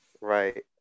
right